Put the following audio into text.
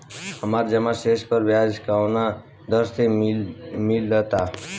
हमार जमा शेष पर ब्याज कवना दर से मिल ता?